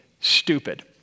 stupid